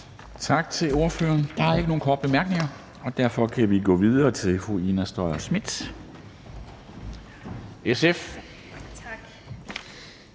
Tak til ordføreren. Der er ikke nogen korte bemærkninger. Derfor kan vi gå videre til fru Ina Strøjer-Schmidt, SF. Kl.